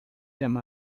them